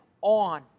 on